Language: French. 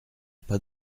pas